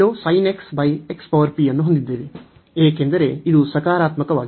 ಇಲ್ಲಿ ನಾವು ಅನ್ನು ಹೊಂದಿದ್ದೇವೆ ಏಕೆಂದರೆ ಇದು ಸಕಾರಾತ್ಮಕವಾಗಿದೆ